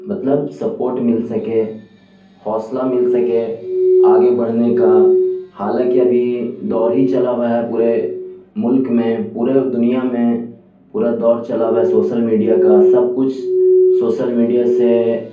مطلب سپورٹ مل سکے حوصلہ مل سکے آگے بڑھنے کا حالانکہ ابھی دور ہی چلا ہوا ہے پورے ملک میں پورے دنیا میں پورا دور چلا ہوا ہے سوسل میڈیا کا سب کچھ سوسل میڈیا سے